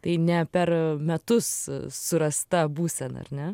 tai ne per metus surasta būsena ar ne